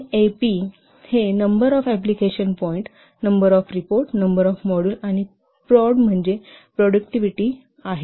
NAP हे number of application point number of report number of module आणि PROD म्हणजे productivity हे आहे